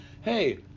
hey